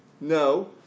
No